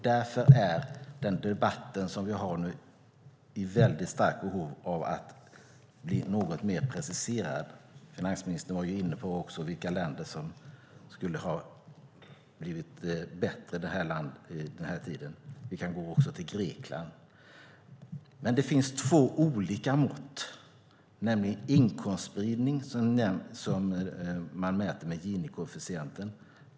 Därför är den debatt som vi har nu i väldigt starkt behov av att bli något mer preciserad. Finansministern var inne på vilka länder som skulle ha blivit bättre under den här tiden. Vi kan också gå till Grekland. Det finns två olika mått. Det ena är inkomstspridning, som man mäter med Gini-koefficienten.